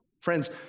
Friends